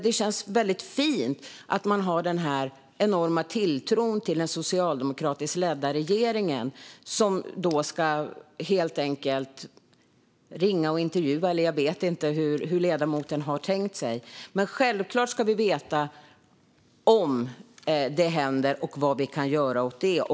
Det känns alltså fint att man har den enorma tilltron till den socialdemokratiskt ledda regeringen, som helt enkelt ska ringa och intervjua; jag vet inte hur ledamoten har tänkt sig det. Självklart ska vi veta om det händer och vad vi kan göra åt det.